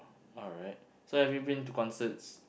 alright so have you been to concerts